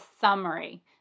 summary